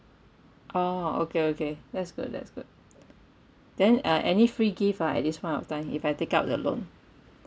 orh okay okay that's good that's good then uh any free gift ah at this point of time if I take out the loan